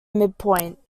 midpoint